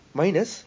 minus